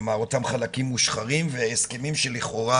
כלומר אותם חלקים מושחרים והסכמים שלכאורה